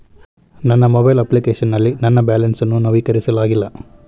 ನನ್ನ mobile application ನಲ್ಲಿ ನನ್ನ ಬ್ಯಾಲೆನ್ಸ್ ಅನ್ನು ನವೀಕರಿಸಲಾಗಿಲ್ಲ